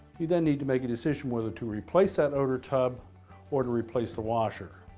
you then need to make a decision whether to replace that outer tub or to replace the washer.